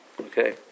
Okay